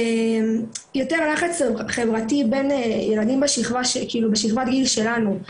יותר לחץ חברתי בין ילדים בשכבת גיל שלנו,